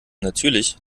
natürlich